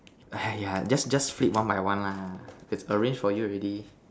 !aiya! just just flip one by one lah is arrange for you already